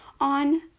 on